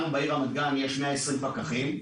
לנו ברמת גן יש 120 פקחים.